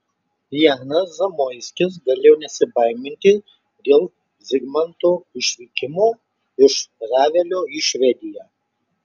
janas zamoiskis galėjo nesibaiminti dėl zigmanto išvykimo iš revelio į švediją